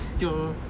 tiok bo